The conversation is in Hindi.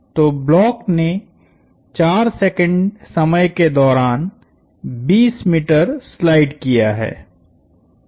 तो ब्लॉक ने 4s समय के दौरान 20m स्लाइड किया है